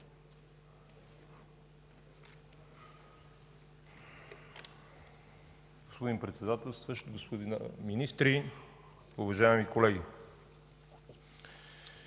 Господин Председателстващ, господа министри, уважаеми колеги!